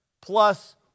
plus